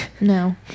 No